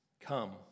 Come